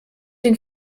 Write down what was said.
den